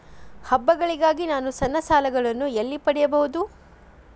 ಹಬ್ಬಗಳಿಗಾಗಿ ನಾನು ಸಣ್ಣ ಸಾಲಗಳನ್ನು ಎಲ್ಲಿ ಪಡೆಯಬಹುದು?